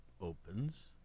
opens